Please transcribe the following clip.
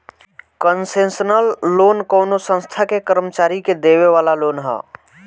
concessional loan कवनो संस्था के कर्मचारी के देवे वाला लोन ह